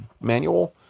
manual